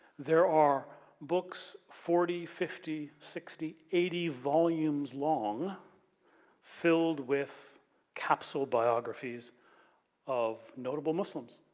there are books forty, fifty, sixty, eighty volumes long filled with capsule biographies of notable muslims.